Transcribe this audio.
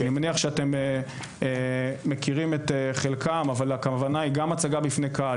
כי אני מניח שאתם מכירים את חלקם אבל הכוונה היא גם להצגה בפני קהל,